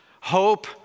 hope